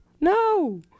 no